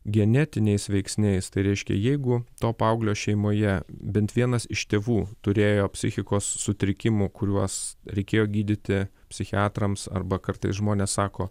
genetiniais veiksniais tai reiškia jeigu to paauglio šeimoje bent vienas iš tėvų turėjo psichikos sutrikimų kuriuos reikėjo gydyti psichiatrams arba kartais žmonės sako